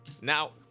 Now